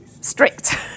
strict